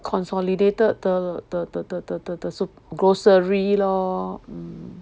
consolidated 的的的的的 grocery lor